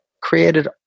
created